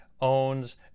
owns